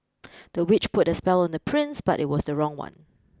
the witch put a spell on the prince but it was the wrong one